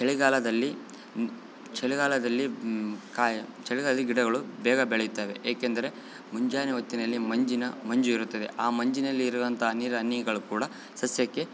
ಚಳಿಗಾಲದಲ್ಲಿ ಚಳಿಗಾಲದಲ್ಲಿ ಕಾಯಿ ಚಳಿಗಾಲ್ಲಿ ಗಿಡಗಳು ಬೇಗ ಬೆಳೆಯುತ್ತವೆ ಏಕೆಂದರೆ ಮುಂಜಾನೆ ಹೊತ್ತಿನಲ್ಲಿ ಮಂಜಿನ ಮಂಜು ಇರುತ್ತದೆ ಆ ಮಂಜಿನಲ್ಲಿ ಇರುವಂಥ ಆ ನೀರು ಹನಿಗಳು ಕೂಡ ಸಸ್ಯಕ್ಕೆ